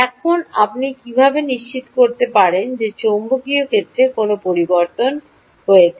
এখন আপনি কীভাবে নিশ্চিত করতে পারেন যে চৌম্বকীয় ক্ষেত্রে কোনও পরিবর্তন হয়েছে